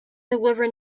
deliver